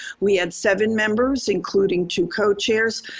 we had seven members including two co-chairs,